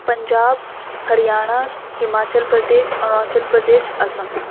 پنجاب ہریانہ ہماچل پردیش اروناچل پردیش اسم